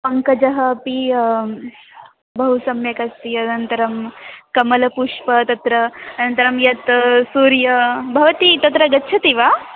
पङ्कजः अपि बहु सम्यगस्ति अनन्तरं कमलपुष्पं तत्र अनन्तरं यत् सूर्यः भवती तत्र गच्छति वा